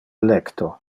lecto